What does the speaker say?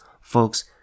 Folks